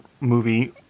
movie